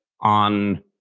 on